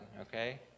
Okay